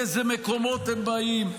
מאיזה מקומות הם באים?